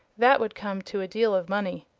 that would come to a deal of money.